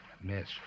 Miss